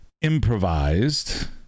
improvised